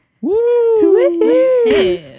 Woo